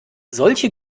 solche